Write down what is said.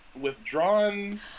withdrawn